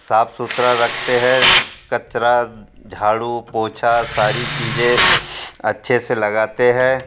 साफ़ सुथरा रखते हैं कचरा झाड़ू पोछा सारी चीज़ें अच्छे से लगाते हैं